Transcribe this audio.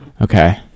Okay